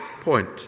point